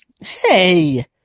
hey